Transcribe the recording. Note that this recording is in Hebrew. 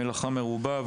המלאכה מרובה,